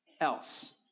else